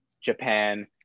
Japan